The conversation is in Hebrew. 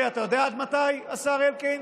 אתה יודע עד מתי, השר אלקין?